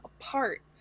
apart